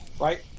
Right